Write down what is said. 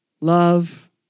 love